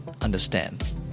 understand